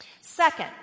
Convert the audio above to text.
Second